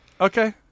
Okay